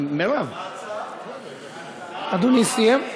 אדוני סיים?